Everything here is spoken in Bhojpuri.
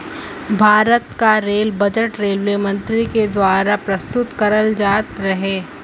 भारत क रेल बजट रेलवे मंत्री के दवारा प्रस्तुत करल जात रहे